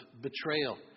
betrayal